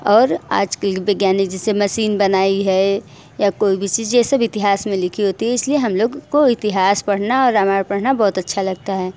और आज कल के वैज्ञानिक जैसे मसीन बनाई है या कोई भी चीज़ यह सब इतिहास में लिखी होती है इसलिए हम लोग को इतिहास पढ़ना और रामायण पढ़ना बहुत अच्छा लगता हैं